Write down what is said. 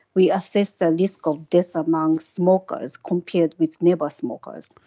we assessed the risk of deaths among smokers compared with never-smokers.